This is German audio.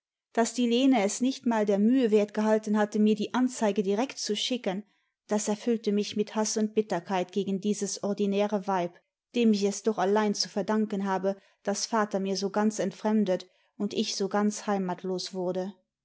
daß die lene es nicht mal der mühe wert gehalten hat mir die anzeige direkt zu schicken das erfüllte mich mit haß und bitterkeit gegen dieses ordinäre weib dem ich es doch allein zu verdanken habe daß vater mir so ganz entfremdet und ich so ganz heimatlos wurde